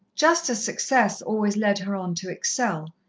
just as success always led her on to excel,